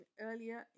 earlier